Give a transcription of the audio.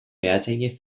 behatzaile